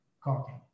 caulking